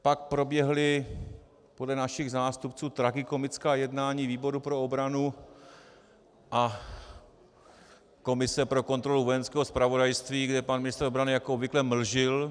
Pak proběhla podle našich zástupců tragikomická jednání výboru pro obranu a komise pro kontrolu Vojenského zpravodajství, kde pan ministr obrany jako obvykle mlžil.